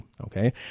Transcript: okay